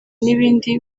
n’ibindi